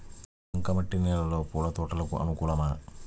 బంక మట్టి నేలలో పూల తోటలకు అనుకూలమా?